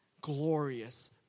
glorious